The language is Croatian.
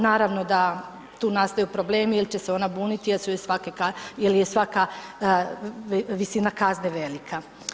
Naravno da tu nastaju problemi jer će se ona buniti jer joj je svaka visina kazne velika.